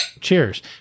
Cheers